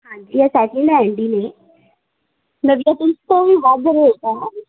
ਹਾਂਜੀ ਇਹ second hand ਹੀ ਨੇ ਨਵੀਆਂ ਤਾਂ ਇਸ ਤੋਂ ਵੀ ਵੱਧ ਰੇਟ ਹੈ